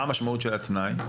מה המשמעות של התנאי?